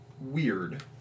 weird